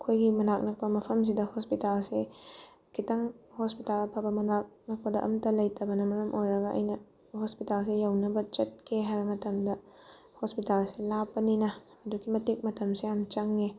ꯑꯩꯈꯣꯏꯒꯤ ꯃꯅꯥꯛ ꯅꯛꯄ ꯃꯐꯝꯁꯤꯗ ꯍꯣꯁꯄꯤꯇꯥꯜꯁꯦ ꯈꯤꯇꯪ ꯍꯣꯁꯄꯤꯇꯥꯜ ꯑꯐꯕ ꯃꯅꯥꯛ ꯅꯛꯄꯗ ꯑꯃꯇ ꯂꯩꯇꯕꯅ ꯃꯔꯝ ꯑꯣꯏꯔꯒ ꯑꯩꯅ ꯍꯣꯁꯄꯤꯇꯥꯜꯁꯦ ꯌꯧꯅꯕ ꯆꯠꯀꯦ ꯍꯥꯏꯕ ꯃꯇꯝꯗ ꯍꯣꯁꯄꯤꯇꯥꯜꯁꯦ ꯂꯥꯞꯄꯅꯤꯅ ꯑꯗꯨꯛꯀꯤ ꯃꯇꯤꯛ ꯃꯇꯝꯁꯦ ꯌꯥꯝ ꯆꯪꯉꯦ